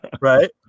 right